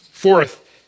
Fourth